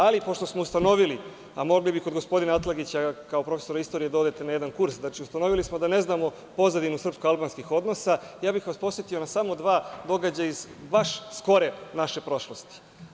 Ali, pošto smo ustanovili, a mogli bi kod gospodina Atlagića kao profesora istorije da odete na jedan kurs, znači, ustanovili smo da ne znamo pozadinusrpsko-albanskih odnosa, ja bih vas podsetio na samo dva događaja iz baš skore naše prošlosti.